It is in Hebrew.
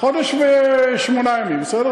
חודש ושמונה ימים, בסדר?